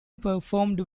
performed